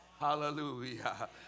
Hallelujah